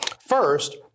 First